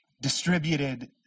distributed